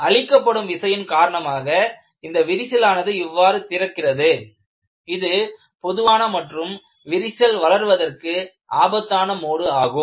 அளிக்கப்படும் விசையின் காரணமாக இந்த விரிசலானது இவ்வாறு திறக்கிறது இது பொதுவான மற்றும் விரிசல் வளர்வதற்கு ஆபத்தான மோடு ஆகும்